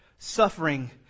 Suffering